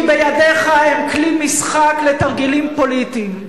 כי בידיך הם כלי משחק לתרגילים פוליטיים.